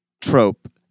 trope